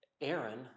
Aaron